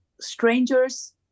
strangers